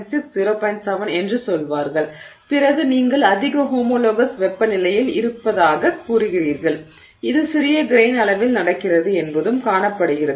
7 என்று சொல்வார்கள் பிறகு நீங்கள் அதிக ஹோமோலோகஸ் வெப்பநிலையில் இருப்பதாகக் கூறுகிறீர்கள் இது சிறிய கிரெய்ன் அளவில் நடக்கிறது என்பதும் காணப்படுகிறது